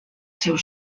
seus